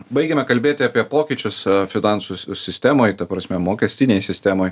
baigėme kalbėti apie pokyčius finansų sistemoj ta prasme mokestinėj sistemoj